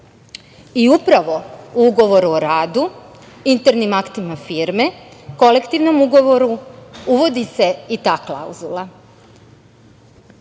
tajne. Upravo u ugovoru o radu, internim aktima firme, kolektivnom ugovoru uvodi se i ta klauzula.